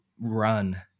run